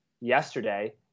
yesterday